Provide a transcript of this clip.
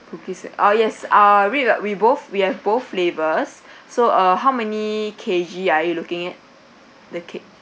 cookies ah yes ah we both we have both flavors so how many K_G are you looking at the cake